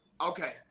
Okay